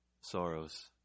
sorrows